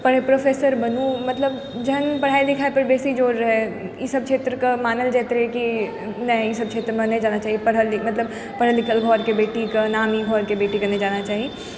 पढ़ि प्रोफेसर बनू मतलब जेहन पढ़ाइ लिखाइपर बेसी जोर रहै ई सभक्षेत्र कऽ मानल जाइत रहै कि नहि ई सभ क्षेत्रममे नहि जाना चाही पढ़ल लिखल मतलब पढ़ल लिखल घरके बेटीके नामी घरके बेटीक नहि जाना चाही